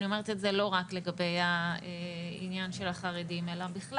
אני אומרת את זה לא רק לגבי העניין של החרדים אלא בכלל.